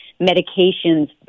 medications